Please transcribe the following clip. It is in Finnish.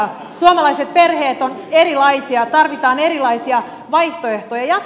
suomalaiset perheet ovat erilaisia tarvitaan erilaisia vaihtoehtoja